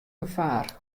gefaar